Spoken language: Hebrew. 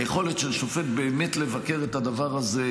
היכולת של שופט באמת לבקר את הדבר הזה,